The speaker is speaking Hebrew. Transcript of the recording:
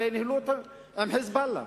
הרי ניהלו אותו עם "חיזבאללה",